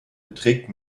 beträgt